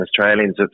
Australians